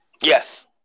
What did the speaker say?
Yes